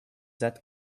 that